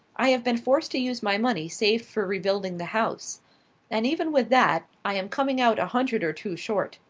i have been forced to use my money saved for rebuilding the house and even with that, i am coming out a hundred or two short.